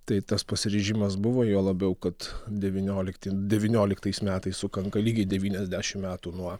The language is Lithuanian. tai tas pasiryžimas buvo juo labiau kad devyniolikti devynioliktais metais sukanka lygiai devyniasdešim metų nuo